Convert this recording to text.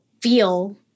feel